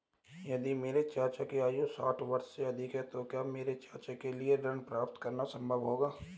यदि मेरे चाचा की आयु साठ वर्ष से अधिक है तो क्या मेरे चाचा के लिए ऋण प्राप्त करना संभव होगा?